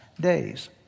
days